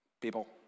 People